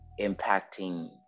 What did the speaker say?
impacting